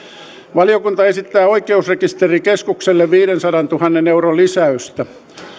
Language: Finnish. valiokunta esittää oikeusrekisterikeskukselle viidensadantuhannen euron lisäystä